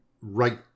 right